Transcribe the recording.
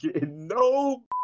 No